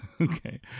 okay